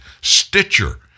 stitcher